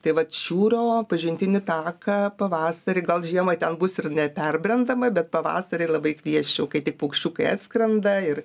tai vat šiūrio pažintinį taką pavasarį gal žiemai ten bus ir neperbrendama bet pavasarį ir labai kviesčiau kai tik paukščiukai atskrenda ir